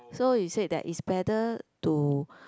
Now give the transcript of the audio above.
so you said that is better to